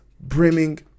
brimming